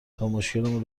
تامشکلمون